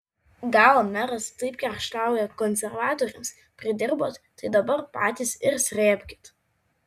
gal meras taip kerštauja konservatoriams pridirbot tai dabar patys ir srėbkit